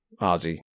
Ozzy